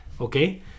okay